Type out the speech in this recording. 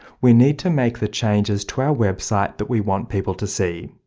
we need to make the changes to our website that we want people to see,